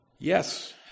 Yes